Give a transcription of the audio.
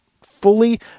fully